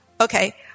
Okay